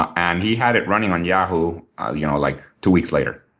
and he had it running on yahoo you know like two weeks later,